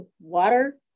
water